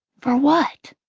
for what?